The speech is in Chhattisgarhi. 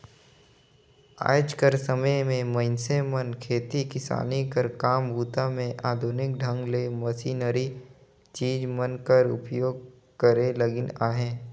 आएज कर समे मे मइनसे मन खेती किसानी कर काम बूता मे आधुनिक ढंग ले मसीनरी चीज मन कर उपियोग करे लगिन अहे